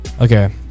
Okay